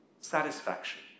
Satisfaction